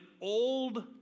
old